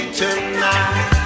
tonight